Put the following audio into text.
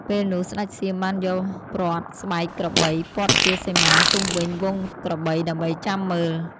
ពេលនោះ ស្ដេចសៀមបានយកព្រ័ត្រស្បែកក្របីព័ទ្ធជាសីមាជុំវិញហ្វូងក្របីដើម្បីចាំមើល។